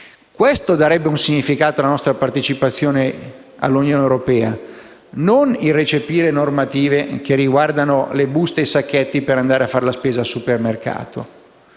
Questo darebbe un significato alla nostra partecipazione all'Unione europea e non il recepire normative che riguardano le buste per andare a fare la spesa al supermercato.